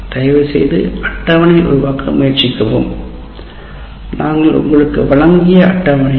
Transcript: தயவுசெய்து அட்டவணை உருவாக்க முயற்சிக்கவும் நாங்கள் உங்களுக்கு வழங்கிய அட்டவணை